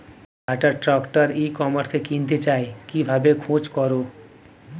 কাটার tractor e কমার্সে কিনতে চাই কিভাবে খোঁজ করো?